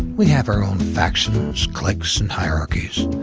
we have our own factions, cliques, and hierarchies.